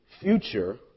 future